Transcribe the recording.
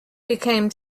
became